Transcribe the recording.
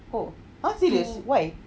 oh !huh! serious why